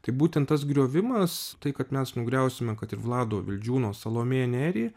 tai būten tas griovimas tai kad mes nugriausime kad ir vlado vildžiūno salomėją nėrį